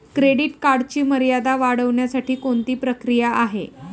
Credit कार्डची मर्यादा वाढवण्यासाठी कोणती प्रक्रिया आहे?